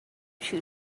two